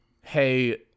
hey